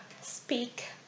speak